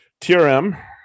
TRM